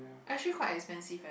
actually quite expensive eh the